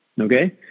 Okay